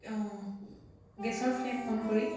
গেছৰ flame on কৰি